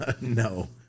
no